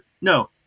No